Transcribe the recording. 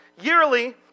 yearly